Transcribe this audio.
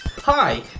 Hi